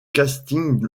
casting